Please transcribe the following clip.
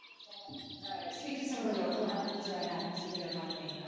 sort of um speak to some of the local efforts around advocacy that are happening,